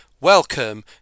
Welcome